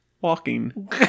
walking